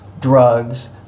drugs